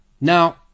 Now